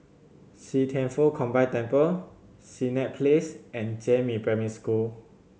See Thian Foh Combined Temple Senett Place and Jiemin Primary School